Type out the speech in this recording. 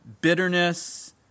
bitterness